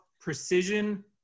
precision